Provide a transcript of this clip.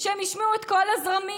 שהם ישמעו את כל הזרמים,